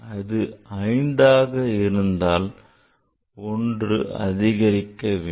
அது 5 ஆக இருந்தால் ஒன்று அதிகரிக்க வேண்டும்